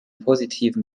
positiven